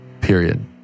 Period